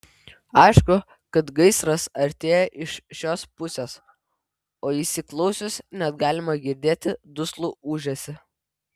aišku kad gaisras artėja iš šios pusės o įsiklausius net galima girdėti duslų ūžesį